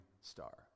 star